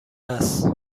است